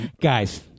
Guys